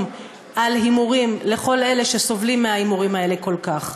של הימורים לכל אלה שסובלים מההימורים האלה כל כך.